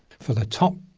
for the top,